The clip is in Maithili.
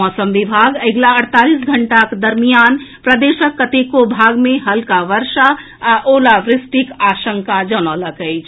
मौसम विभाग अगिला अड़तालीस घंटाक दरमियान प्रदेशक कतेको भाग मे हल्का वर्षा आ ओलावृष्टिक आशंका जनौलक अछि